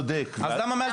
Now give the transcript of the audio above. אבל פרופ' אש,